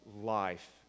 life